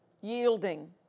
yielding